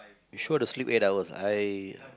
you sure to sleep eight hours I